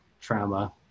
trauma